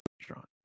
restaurant